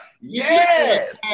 Yes